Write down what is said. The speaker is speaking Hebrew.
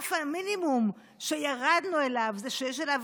ורף המינימום שירדנו אליו זה שיש אליו